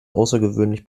außergewöhnlich